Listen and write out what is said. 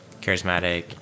charismatic